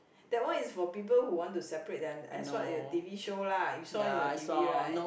that one is for people who want to separate them as what the T_V show lah you saw it on the T_V right